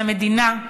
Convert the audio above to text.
מהמדינה,